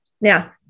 Now